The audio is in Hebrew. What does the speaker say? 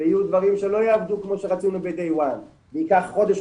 ויהיו דברים שלא יעבדו כמו שרצינו ב- day one וייקח חודש,